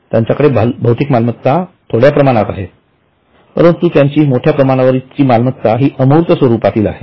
त्यांच्याकडे भौतिक मालमत्ता थोड्या प्रमाणात आहे परंतु त्यांची मोठ्या प्रमाणावरील मालमत्ता हि अमूर्त स्वरूपातील आहे